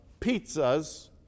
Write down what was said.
pizzas